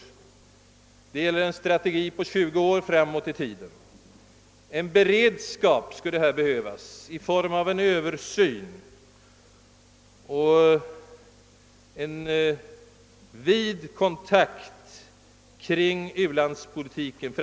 Det gäller en strategi för 20 år framåt i tiden. En beredskap skulle här behövas i form av översyn av och vidsträckt kontakt kring u-landspolitiken.